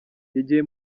yagiye